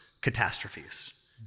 catastrophes